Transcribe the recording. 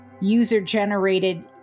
user-generated